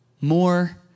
more